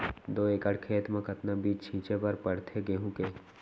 दो एकड़ खेत म कतना बीज छिंचे बर पड़थे गेहूँ के?